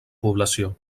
població